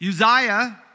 Uzziah